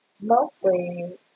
mostly